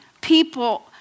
people